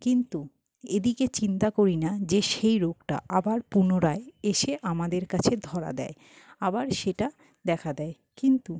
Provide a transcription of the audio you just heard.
কিন্তু এদিকে চিন্তা করি না যে সেই রোগটা আবার পুনরায় এসে আমাদের কাছে ধরা দেয় আবার সেটা দেখা দেয় কিন্তু